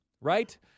right